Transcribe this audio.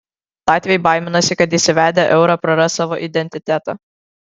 latviai baiminasi kad įsivedę eurą praras savo identitetą